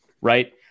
right